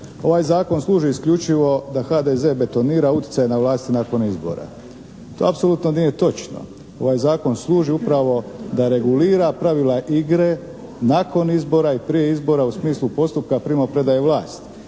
ovaj zakon služi isključivo da HDZ betonira uticaj na vlast nakon izbora. To apsolutno nije točno. Ovaj zakon služi upravo da regulira pravila igre nakon izbora i prije izbora u smislu postupka primopredaje vlasti.